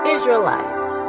Israelites